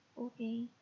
Okay